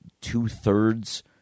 two-thirds